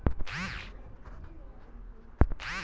Credit card घ्यासाठी मले खात्यात किती पैसे ठेवा लागन?